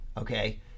Okay